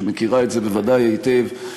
שמכירה את זה בוודאי היטב,